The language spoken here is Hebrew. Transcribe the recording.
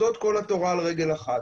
זאת כל התורה על רגל אחת.